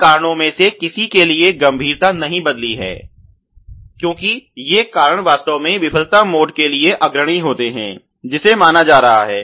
इन कारणों में से किसी के लिए गंभीरता नहीं बदलती है क्योंकि ये कारण वास्तव में विफलता मोड के लिए अग्रणी होते हैं जिसे माना जा रहा है